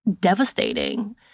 devastating